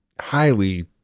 highly